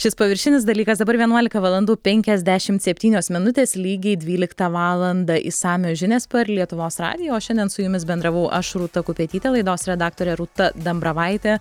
šis paviršinis dalykas dabar vienuolika valandų penkiasdešim septynios minutės lygiai dvyliktą valandą išsamios žinios per lietuvos radiją o šiandien su jumis bendravau aš rūta kupetytė laidos redaktorė rūta dambravaitė